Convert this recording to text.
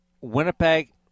Winnipeg